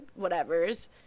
whatevers